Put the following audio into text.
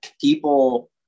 people